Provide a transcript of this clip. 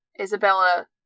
Isabella